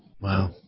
wow